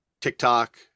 TikTok